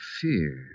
fear